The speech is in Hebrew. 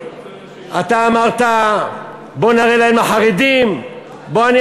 אתה אמרת: בוא נראה להם,